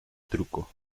truco